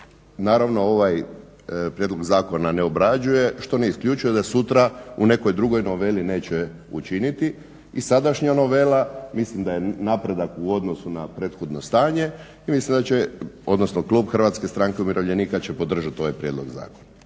naravno ovaj prijedlog zakona ne obrađuje što ne isključuje da sutra u nekoj drugoj noveli neće učiniti. I sadašnja novela mislim da je napredak u odnosu na prethodno stanje i mislim da će odnosno klub HSU-a će podržati ovaj prijedlog zakona.